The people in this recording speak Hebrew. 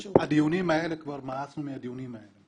כבר מאסנו מהדיונים האלה.